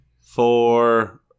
four